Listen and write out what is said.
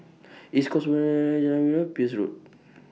East Coast Peirce Road